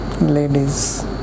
ladies